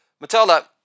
Matilda